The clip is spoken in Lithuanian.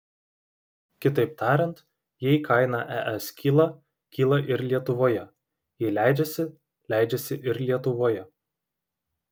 kitaip tariant jei kaina es kyla kyla ir lietuvoje jei leidžiasi leidžiasi ir lietuvoje